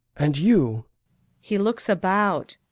and you he looks about.